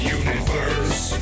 universe